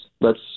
lets